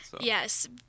Yes